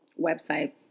website